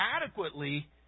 adequately